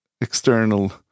external